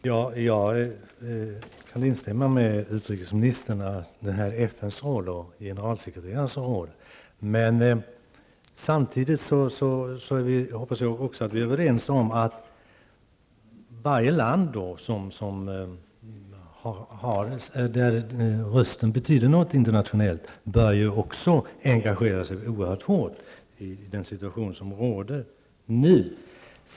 Fru talman! Jag kan instämma i vad utrikesministern sade om FNs och generalsekreterarens roll. Men samtidigt hoppas jag att vi också är överens om att varje land vars röst betyder någonting bör engagera sig oerhört hårt i den situation som nu råder.